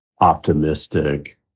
optimistic